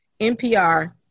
NPR